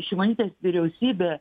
šimonytės vyriausybė